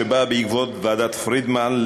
שבאה בעקבות המלצות ועדת פרידמן,